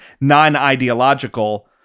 non-ideological